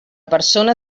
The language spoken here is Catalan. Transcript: persona